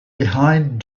behind